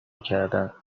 کردن